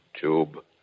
tube